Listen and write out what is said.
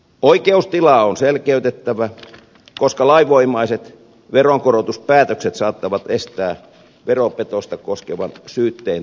oikeustilaa on selkeytettävä koska lainvoimaiset veronkorotuspäätökset saattavat estää veropetosta koskevan syytteen tutkimisen